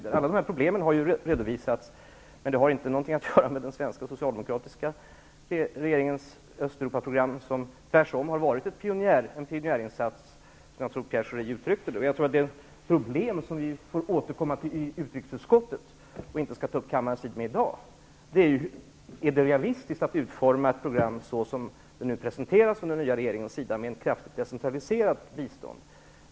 Alla dessa problem har redovisats, men de har inget att göra med den svenska socialdemokratiska regeringens Östeuropaprogram som har varit en pionjärinsats, som jag tror att Pierre Schori uttryckte det. Det här är problem som vi skall återkomma till i utrikesutskottet och inte ta upp kammarens tid med i dag. Frågan gäller om det är realistiskt att utforma ett program så som det nu presenteras från den nya regeringens sida med ett kraftigt decentraliserat bistånd.